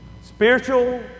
Spiritual